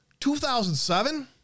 2007